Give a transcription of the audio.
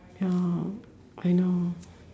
ya I know